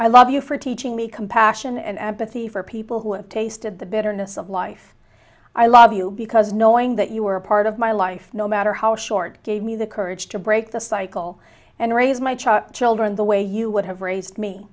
i love you for teaching me compassion and empathy for people who have tasted the bitterness of life i love you because knowing that you were a part of my life no matter how short gave me the courage to break the cycle and raise my child children the way you would have raised me